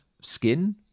skin